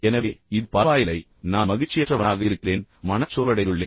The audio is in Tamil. எனவே இது பரவாயில்லை நான் மகிழ்ச்சியற்றவனாக இருக்கிறேன் மனச்சோர்வடைந்துள்ளேன்